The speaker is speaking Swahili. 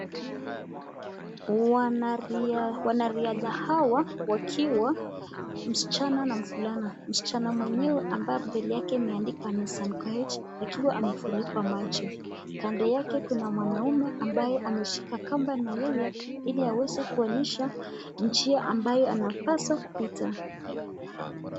Wanariadha hawa wakiwa msichana na mvulana msichana mwenye mbele yake imeandikwa ni Nisan koech kando yake kuna mwanamke ambaye ameshika kamba na yeye hili aweze njia ambaye anapaswa kupita.